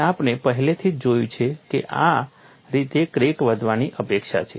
અને આપણે પહેલેથી જ જોયું છે કે આ રીતે ક્રેક વધવાની અપેક્ષા છે